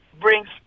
brings